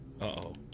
Uh-oh